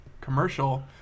commercial